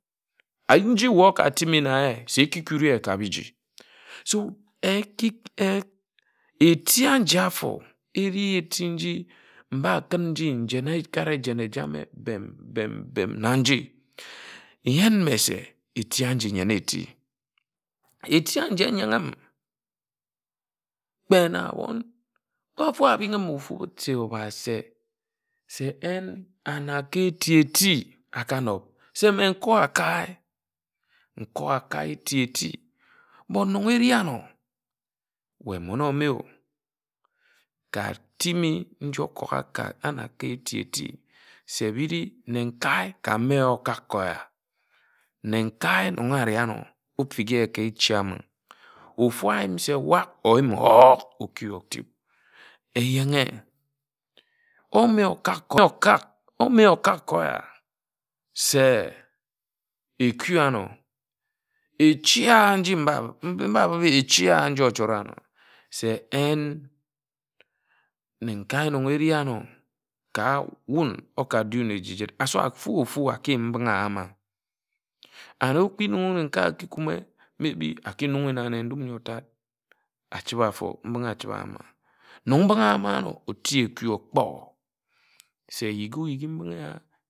Ayim nji weh oka timi na ye se eki kuri ye ka biji eti aji áfo eri eti nji mba kun nji njena ekad ejen ejame bem bem bem na nji nyin me se eti eji nyen eti eti aji enyan̄ am kpe na abon wud mfo abin̄ ghim na ofu se obha se se en ānakae eti-eti ekanob se mme nkọ akae nkọ akae eti-eti but nnon eri ano mmon ọme katimi nji ȯkȯk ánákae eti-eti se biri nne-nkae ka me oka ko oyā nne-kae nnon ari áno ofik ye ka echi amin̄g ofu a yim se wāb oyim se huh. oki otip eyenghe omē okak oko okak ọmē okak ka ōya se eku ano echi a nji mba bib ye achi a nji ochore ano se en nne-kae nnon eri ano ka wun oka dun̄ eji jid asọr ofu-pfu aki yin mbinghe ayam ma ngam ere okpik nne-kae eki kume maybe aki kumi na nne ndum etad achibe afor mbinghe āchibe ano nnon mbinghe odi eku okpō se ye kwi mbinghe a